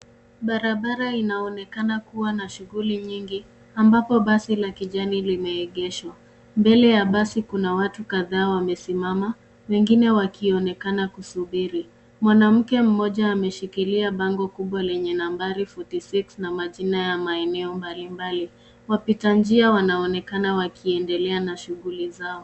Barabara inaonekana kuwa na shughuli nyingi ambapo basi la kijani limeegeshwa mbele ya basi kuna watu kadhaa wamesimama wengine wakionekana kusubiri mwanamke mmoja ameshikilia bango kubwa lenye nambari 46 na majina ya meneo mbalimbali wapita njia wanaonekana wakiendelea na shughuli zao.